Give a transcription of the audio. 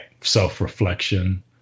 self-reflection